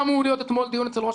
היה אמור להיות אתמול דיון אצל ראש